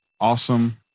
awesome